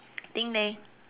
think leh